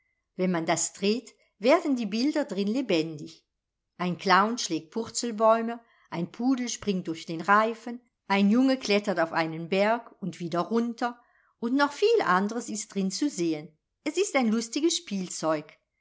wenn man das dreht werden die bilder drin lebendig ein clown schlägt purzelbäume ein pudel springt durch den reifen ein junge klettert auf einen berg und wieder runter und noch viel andres ist drin zu sehen es ist ein lustiges spielzeug